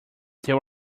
there